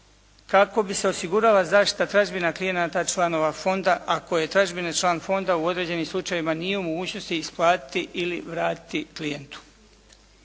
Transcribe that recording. kako bi se osigurala zaštita tražbina klijenata članova fonda ako je tražbini član fonda u određenim slučajevima nije u mogućnosti isplatiti ili vratiti klijentu.